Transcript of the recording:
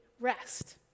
rest